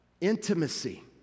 intimacy